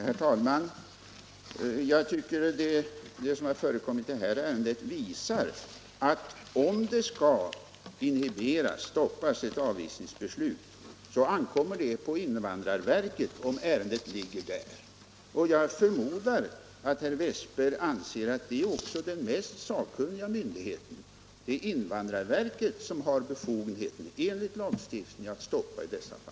Herr talman! Jag tycker att det som förekommit i detta ärende visar att om ett avvisningsbeslut skall upphävas ankommer detta på invandrarverket, om ärendet ligger där. Jag förmodar att herr Wästberg i Stockholm anser att verket också är den mest sakkunniga myndigheten. Det är invandrarverket som enligt lagstiftningen har befogenhet att stoppa avvisningen i dessa fall.